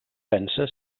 pensa